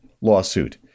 lawsuit